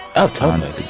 oh, totally.